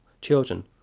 children